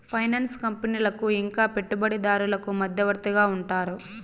finance కంపెనీలకు ఇంకా పెట్టుబడిదారులకు మధ్యవర్తిగా ఉంటారు